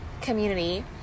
community